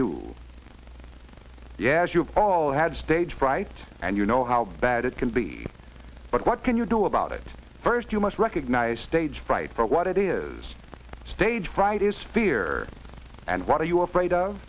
you yeah as you have all had stage fright and you know how bad it can be but what can you do about it first you must recognize stage fright for what it is stage fright is fear and what are you afraid of